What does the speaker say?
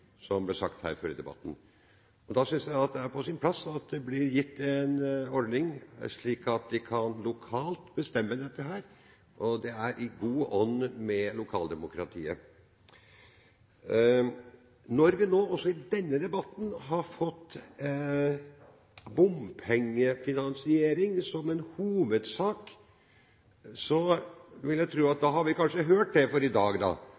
som det ble sagt her før i debatten. Da synes jeg det er på sin plass at det blir gitt en ordning, slik at de lokalt kan bestemme dette. Det er i god ånd med lokaldemokratiet. Når vi nå også i denne debatten har fått bompengefinansiering som en hovedsak, vil jeg tro at da har vi kanskje hørt det for i dag, da.